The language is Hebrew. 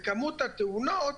בכמות התאונות